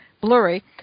blurry